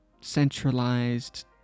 centralized